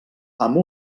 amb